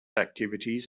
activities